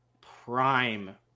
prime